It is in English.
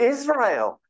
Israel